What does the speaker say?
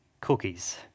cookies